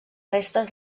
restes